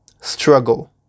Struggle